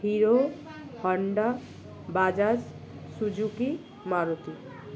hero Honda Bajaj Suzuki Maruti